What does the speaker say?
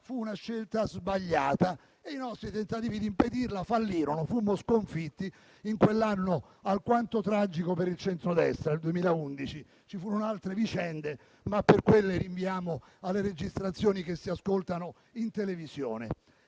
fu una scelta sbagliata e i nostri tentativi di impedirla fallirono: fummo sconfitti in quell'anno alquanto tragico per il centrodestra, il 2011, nel quale ci furono altre vicende, per le quali rinviamo alle registrazioni che si ascoltano in televisione.